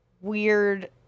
weird